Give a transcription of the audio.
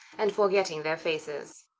and forgetting their faces.